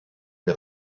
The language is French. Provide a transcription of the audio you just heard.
les